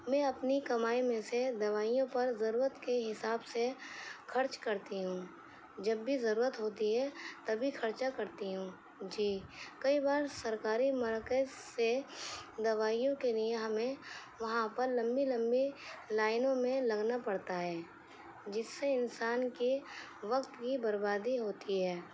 میں اپنی کمائی میں سے دوائیوں پر ضرورت کے حساب سے خرچ کرتی ہوں جب بھی ضرورت ہوتی ہے تب ہی خرچہ کرتی ہوں جی کئی بار سرکاری مرکز سے دوائیوں کے لیے ہمیں وہاں پر لمبی لمبی لائنوں میں لگنا پڑتا ہے جس سے انسان کے وقت کی بربادی ہوتی ہے